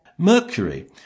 Mercury